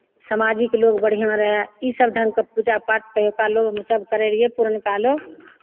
सामाजिक लोक बढ़िआँ रहय ईसभ ढङ्गके पूजा पाठ तहियुका लोग हम्मेसभ करैत रहियै पुरनका लोक